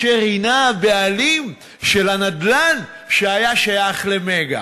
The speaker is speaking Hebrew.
שהיא הבעלים של הנדל"ן שהיה שייך ל"מגה".